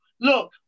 Look